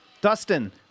Dustin